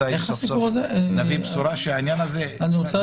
מתי סוף סוף נביא בשורה שהעניין הזה נפתר,